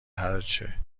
هرچه